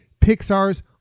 Pixar's